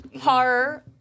Horror